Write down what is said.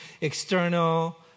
external